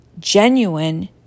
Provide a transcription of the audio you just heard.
genuine